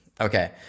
okay